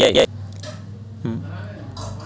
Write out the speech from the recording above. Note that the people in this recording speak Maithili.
money market account money market mutual fund नै छियै